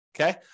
Okay